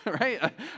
right